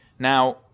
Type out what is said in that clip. Now